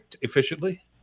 efficiently